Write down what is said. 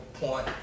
point